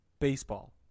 baseball